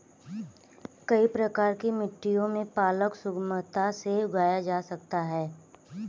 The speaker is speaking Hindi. कई प्रकार की मिट्टियों में पालक सुगमता से उगाया जा सकता है